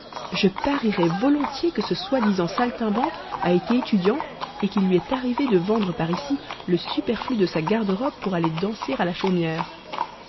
je parierais volontiers que ce soi-disant saltimbanque a été étudiant et qu'il lui est arrivé de vendre par ici le superflu de sa garde-robe pour aller danser à la chaumière